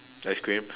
ice cream